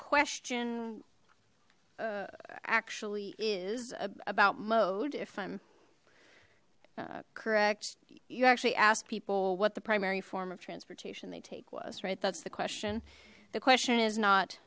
question actually is about mode if i'm uh correct you actually ask people what the primary form of transportation they take was right that's the question the question is not